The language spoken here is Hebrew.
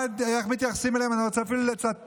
נכון